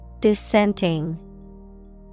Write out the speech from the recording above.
Dissenting